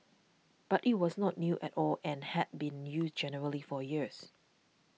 but it was not new at all and had been used generally for years